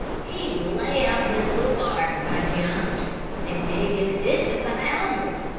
he'd lay out his little garden by geometry, and dig his ditches by algebra.